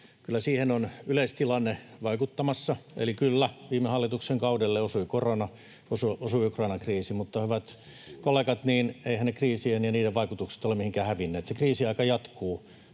kyllä yleistilanne vaikuttamassa. Eli kyllä, viime hallituksen kaudelle osui korona, osui Ukrainan kriisi, mutta, hyvät kollegat, eiväthän ne kriisit ja niiden vaikutukset ole mihinkään hävinneet. Se kriisiaika jatkuu.